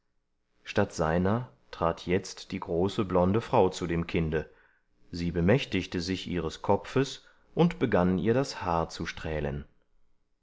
statt seiner trat jetzt die große blonde frau zu dem kinde sie bemächtigte sich ihres kopfes und begann ihr das haar zu strählen